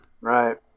Right